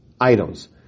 items